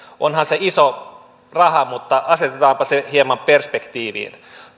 onhan se iso raha mutta asetetaanpa se hieman perspektiiviin